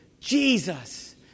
Jesus